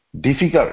difficult